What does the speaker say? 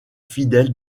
fidèle